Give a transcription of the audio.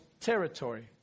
territory